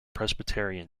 presbyterian